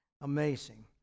Amazing